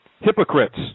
hypocrites